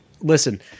Listen